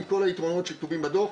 עם כל היתרונות שכתובים בדו"ח,